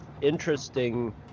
interesting